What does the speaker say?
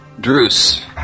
Drus